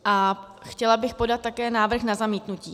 A chtěla bych podat také návrh na zamítnutí.